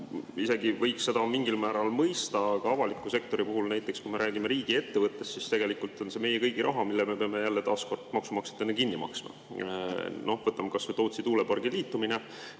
isegi võiks seda mingil määral mõista, aga avaliku sektori puhul, näiteks kui me räägime riigiettevõttest, siis tegelikult on see meie kõigi raha, mille me peame jälle taas kord maksumaksjatena kinni maksma. No võtame kas või Tootsi tuulepargi liitumise.